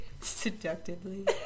Seductively